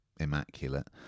immaculate